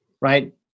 Right